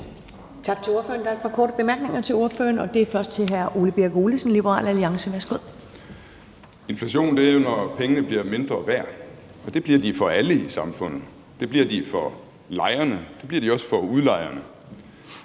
Inflation er jo, når pengene bliver mindre værd, og det bliver de for alle i samfundet. Det bliver de for lejerne, og det bliver de også for udlejerne.